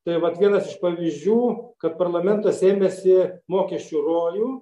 tai vat vienas iš pavyzdžių kad parlamentas ėmėsi mokesčių rojų